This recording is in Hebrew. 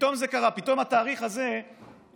פתאום זה קרה, פתאום התאריך הזה הגיע.